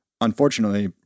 Unfortunately